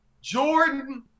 jordan